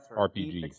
RPG